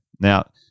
Now